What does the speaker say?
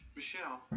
Michelle